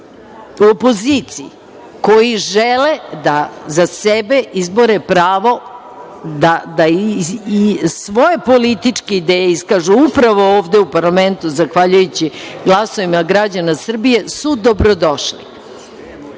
opoziciji koji žele da za sebe izbore pravo da svoje političke ideje iskažu upravo ovde u parlamentu, zahvaljujući glasovima građana Srbije, oni dobrodošli.